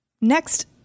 next